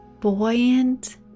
buoyant